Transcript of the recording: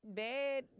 bad